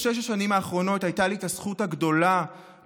התקרית הזאת של טל הביאה אותי